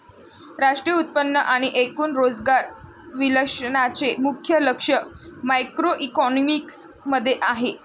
राष्ट्रीय उत्पन्न आणि एकूण रोजगार विश्लेषणाचे मुख्य लक्ष मॅक्रोइकॉनॉमिक्स मध्ये आहे